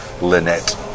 Lynette